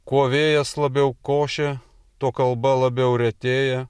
kuo vėjas labiau košia tuo kalba labiau retėja